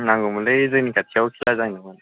नांगौमोनलै जोंनि खाथिआव खेला जाहांहां